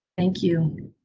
thank you.